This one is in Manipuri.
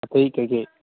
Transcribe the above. ꯑꯇꯩ ꯀꯩꯀꯩ